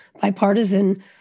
bipartisan